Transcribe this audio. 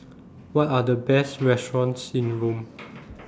What Are The Best restaurants in Rome